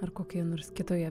ar kokioj nors kitoje